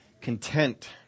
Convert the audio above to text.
Content